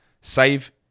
Save